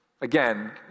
Again